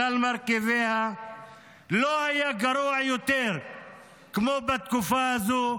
על כלל מרכיביה לא היה גרוע יותר מאשר בתקופה הזו.